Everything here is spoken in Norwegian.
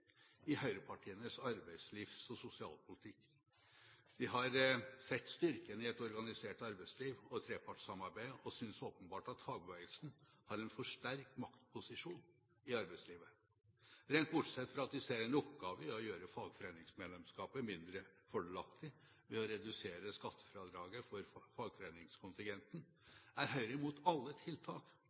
i høyrepartienes arbeidslivs- og sosialpolitikk. De har sett styrken i et organisert arbeidsliv og et trepartssamarbeid og synes åpenbart at fagbevegelsen har en for sterk maktposisjon i arbeidslivet. Rent bortsett fra at de ser en oppgave i å gjøre fagforeningsmedlemskapet mindre fordelaktig ved å redusere skattefradraget for fagforeningskontingenten, er Høyre imot alle tiltak